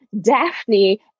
Daphne